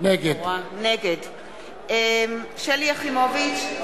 נגד שלי יחימוביץ,